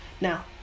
Now